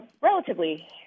relatively